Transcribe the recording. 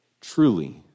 Truly